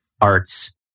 arts